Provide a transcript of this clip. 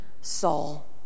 Saul